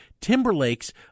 Timberlake's